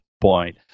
point